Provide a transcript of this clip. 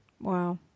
Wow